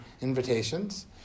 invitations